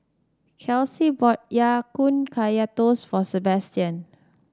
Kelsea bought Ya Kun Kaya Toast for Sebastian